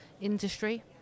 industry